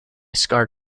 scar